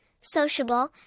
sociable